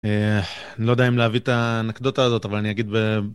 אה... אני לא יודע אם להביא את האנקטודה הזאת, אבל אני אגיד ב...